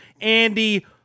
Andy